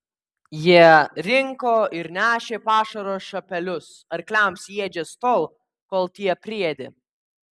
jie rinko ir nešė pašaro šapelius arkliams į ėdžias tol kol tie priėdė